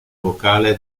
vocale